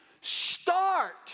start